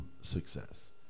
success